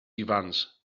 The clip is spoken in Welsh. ifans